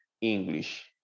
English